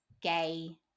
gay